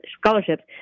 scholarships